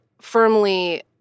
firmly—